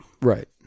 Right